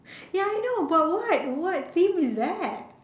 ya I know but what what theme is that